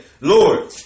Lord